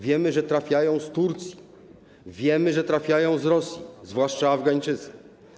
Wiemy, że trafiają tam osoby z Turcji, wiemy, że trafiają z Rosji, zwłaszcza Afgańczycy.